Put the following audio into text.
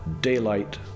daylight